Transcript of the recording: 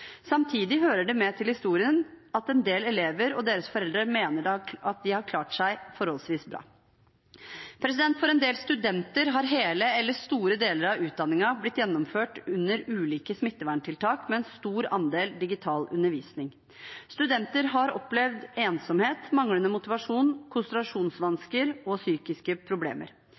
Samtidig hører det med til historien at en del elever og deres foreldre mener at de har klart seg forholdsvis bra. For en del studenter har hele eller store deler av utdanningen blitt gjennomført under ulike smitteverntiltak og med en stor andel digital undervisning. Studenter har opplevd ensomhet, manglende motivasjon, konsentrasjonsvansker og psykiske problemer.